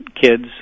Kids